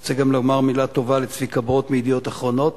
אני רוצה גם לומר מלה טובה לצביקה ברוט מ"ידיעות אחרונות",